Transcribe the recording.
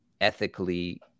ethically